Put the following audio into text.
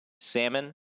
Salmon